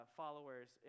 followers